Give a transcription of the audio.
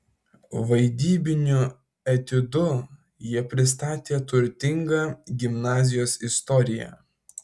vaidybiniu etiudu jie pristatė turtingą gimnazijos istoriją